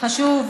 חשוב.